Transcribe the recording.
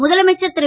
முதலமைச்சர் ரு